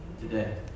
today